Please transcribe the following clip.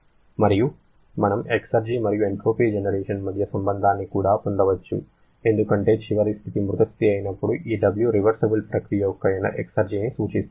మరియు మనం ఎక్సర్జి మరియు ఎంట్రోపీ జనరేషన్ మధ్య సంబంధాన్ని కూడా పొందవచ్చు ఎందుకంటే చివరి స్థితి మృత స్థితి అయినప్పుడు ఈ W రివర్సిబుల్ ప్రకృయ యొక్క ఎక్సర్జీని సూచిస్తుంది